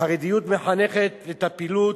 החרדיות מחנכת לטפילות,